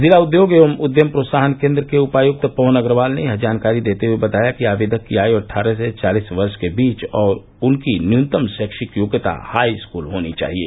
जिला उद्योग एवं उद्यम प्रोत्साहन केन्द्र के उपायुक्त पवन अग्रवाल ने यह जानकारी देते हुए बताया कि आवेदक की आयु अट्ठारह से चालीस वर्ष के बीच और उनकी न्यूनतम शैक्षिक योग्यता हाई स्कूल होनी चाहिये